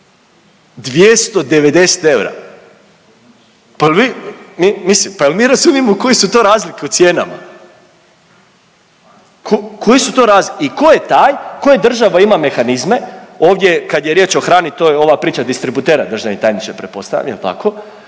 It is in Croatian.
pa jel mi razumijemo koje su to razlike u cijenama, ko, koje su to razlike i ko je taj, koje država ima mehanizme, ovdje kad je riječ o hrani to je ova priča distributera državni tajniče pretpostavljam jel tako,